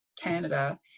Canada